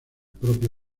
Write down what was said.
propio